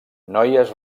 noies